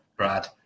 Brad